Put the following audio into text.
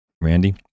Randy